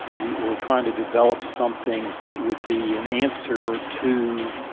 we were trying to develop something that would be an answer to,